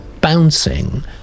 bouncing